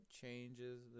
changes